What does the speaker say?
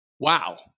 wow